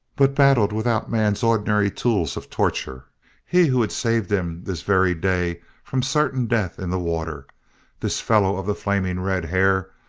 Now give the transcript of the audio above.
but battled without man's ordinary tools of torture he who had saved him this very day from certain death in the water this fellow of the flaming red hair,